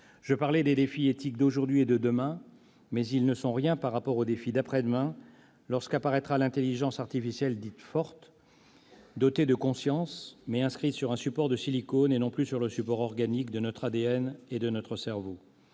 Je parlais des défis éthiques d'aujourd'hui et de demain, mais ils ne sont rien par rapport aux défis d'après-demain, lorsqu'apparaîtra l'intelligence artificielle dite « forte » dotée de conscience, mais inscrite sur un support de silicone et non plus sur le support organique de notre ADN et de notre cerveau.